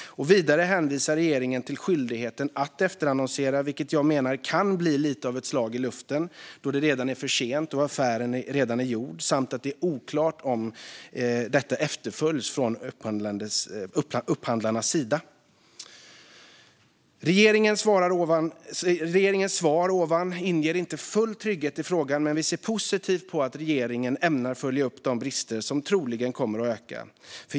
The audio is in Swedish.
Vidare hänvisar regeringen till skyldigheten att efterannonsera, vilket jag menar kan bli lite av ett slag i luften, eftersom det är för sent då affären redan är gjord och det dessutom är oklart om detta efterföljs från upphandlarnas sida. Regeringens svar inger inte full trygghet i frågan, men vi ser positivt på att regeringen ämnar följa upp de brister som troligen kommer att öka.